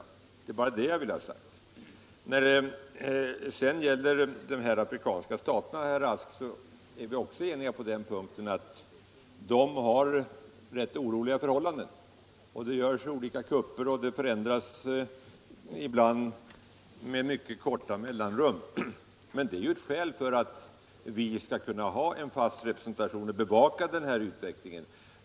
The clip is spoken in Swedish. Det är bara det jag vill ha sagt. När det gäller de afrikanska staterna, herr Rask, är vi också eniga om att de har rätt oroliga förhållanden. Det görs olika kupper, och förändringar sker ibland med mycket korta mellanrum. Men det är ju ett skäl för att vi skall ha en fast representation och bevaka utvecklingen.